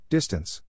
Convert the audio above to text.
Distance